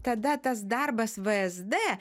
tada tas darbas vsd